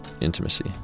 intimacy